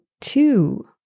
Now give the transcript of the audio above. two